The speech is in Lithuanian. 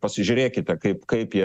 pasižiūrėkite kaip kaip jie